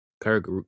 Kirk